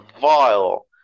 vile